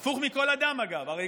אגב, הפוך מכל אדם.